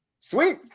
sweet